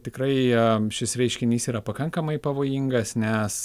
tikrai šis reiškinys yra pakankamai pavojingas nes